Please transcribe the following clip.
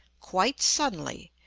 quite suddenly,